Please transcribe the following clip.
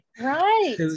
right